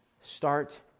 start